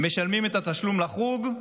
משלמים את התשלום לחוג,